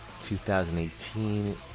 2018